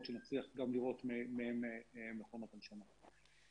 שנצליח לראות גם מהם מכונות הנשמה.